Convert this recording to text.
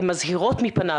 הן מזהירות מפניו,